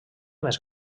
més